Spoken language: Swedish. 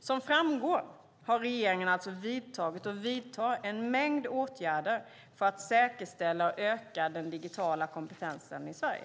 Som framgår har regeringen alltså vidtagit och vidtar en mängd åtgärder för att säkerställa och öka den digitala kompetensen i Sverige.